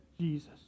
Jesus